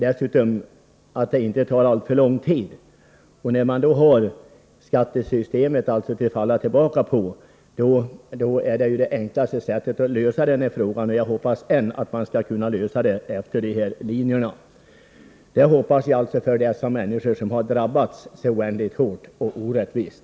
Dessutom, sade jag, bör det inte ta alltför lång tid. När vi har skattesystemet att falla tillbaka på borde det sätt som vi har föreslagit vara det enklaste för att lösa det här problemet — och jag hoppas ännu att man skall kunna lösa det efter de linjerna. Jag hoppas det — med tanke på de människor som har drabbats mycket hårt och orättvist.